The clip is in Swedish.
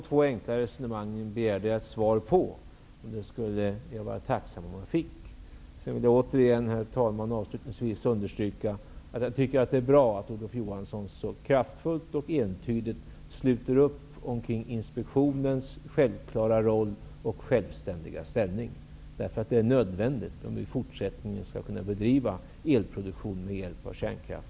Jag begärde ett svar på dessa båda enkla resonemang, och jag skulle vara tacksam om jag fick ett svar. Herr talman! Jag vill avslutningsvis återigen understryka att jag tycker att det är bra att Olof Johansson så kraftfullt och entydigt sluter upp kring inspektionens självklara roll och självständiga ställning, som är nödvändig om vi i detta land i fortsättningen skall kunna bedriva elproduktion med hjälp av kärnkraft.